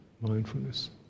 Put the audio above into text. mindfulness